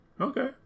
okay